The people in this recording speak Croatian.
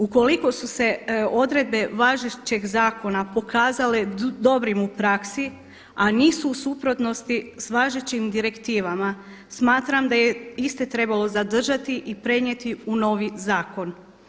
Ukoliko su se odredbe važećeg zakona pokazale dobrim u praksi, a nisu u suprotnosti sa važećim direktivama smatram da je iste trebalo zadržati i prenijeti u novi zakon.